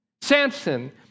Samson